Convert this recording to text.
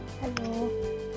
Hello